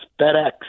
FedEx